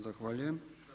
Zahvaljujem.